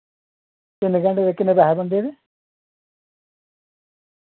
किन्ने घैंटे दे किन्ने पैसे बनदे इदे